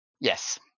Yes